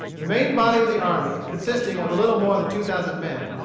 the main body of the army, consisting of a little more than two thousand men,